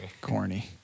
Corny